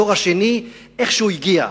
הדור השני איכשהו הגיע.